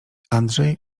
andrzej